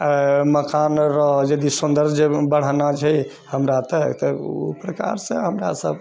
मकानरऽ जे यदि सुन्दर जे बढ़ाना छै हमरा तऽ ओ प्रकारसँ हमरासब